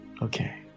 Okay